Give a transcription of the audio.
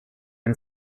and